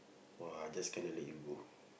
!wah! I just cannot let you go